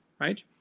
right